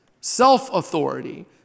self-authority